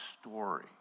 story